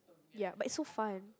ya but it's so fun